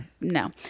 No